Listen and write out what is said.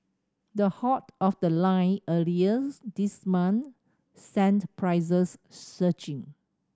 the halt of the line earlier this month sent prices surging